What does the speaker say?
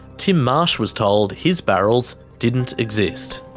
tim marsh was told his barrels didn't exist.